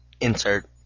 insert